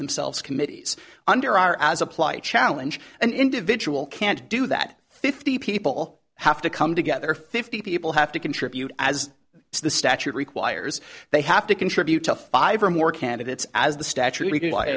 themselves committees under our as applied challenge an individual can't do that fifty people have to come together fifty people have to contribute as the statute requires they have to contribute to five or more candidates as the statute re